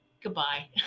Goodbye